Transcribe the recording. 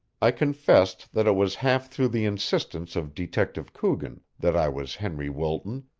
i confessed that it was half through the insistence of detective coogan that i was henry wilton,